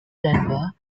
denver